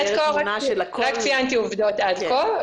רק ציינתי עובדות עד כה.